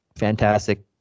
fantastic